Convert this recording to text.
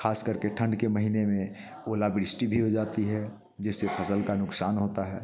खास करके ठंड के महीने में ओलावृष्टि भी हो जाती है जिससे फसल का नुकसान होता है